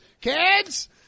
kids